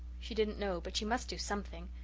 she didn't know, but she must do something.